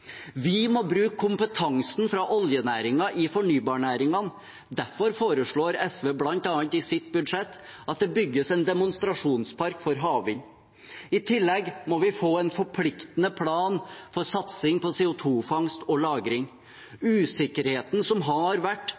Vi må bruke kompetansen fra oljenæringen i fornybarnæringene. Derfor foreslår SV bl.a. i sitt budsjett at det bygges en demonstrasjonspark for havvind. I tillegg må vi få en forpliktende plan for satsing på CO2-fangst og -lagring. Usikkerheten som har vært,